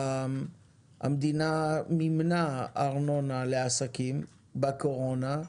המדינה מימנה ארנונה לעסקים בקורונה.